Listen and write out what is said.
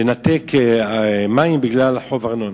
לנתק מים בגלל חוב ארנונה.